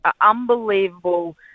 unbelievable